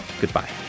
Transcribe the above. Goodbye